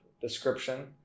description